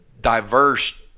diverse